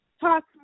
Talk